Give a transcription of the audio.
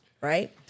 right